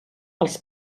els